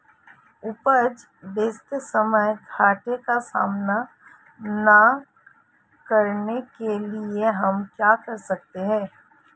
उपज बेचते समय घाटे का सामना न करने के लिए हम क्या कर सकते हैं?